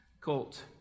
colt